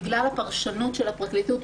בגלל הפרשנות של הפרקליטות,